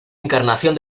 encarnación